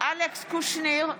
אלכס קושניר,